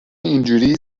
اینجوری